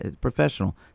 professional